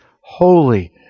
holy